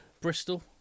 Bristol